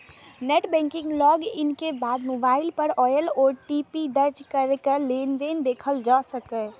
net banking log in के बाद mobile पर आयल ओ.टी.पी दर्ज कैरके लेनदेन देखल जा सकैए